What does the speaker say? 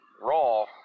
raw